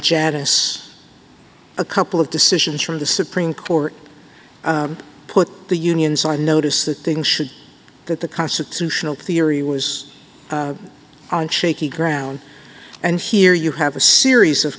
jebus a couple of decisions from the supreme court put the unions i notice that things should that the constitutional theory was on shaky ground and here you have a series of